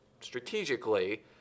strategically